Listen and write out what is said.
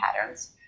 patterns